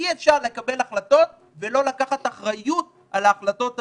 אי אפשר לקבל החלטות ולא לקחת אחריות על ההחלטות האלה.